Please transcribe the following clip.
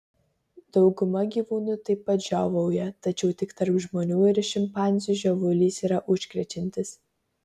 dauguma gyvūnų taip pat žiovauja tačiau tik tarp žmonių ir šimpanzių žiovulys yra užkrečiantis